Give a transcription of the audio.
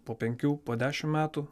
po penkių po dešimt metų